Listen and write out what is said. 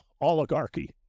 oligarchy